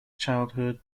childhood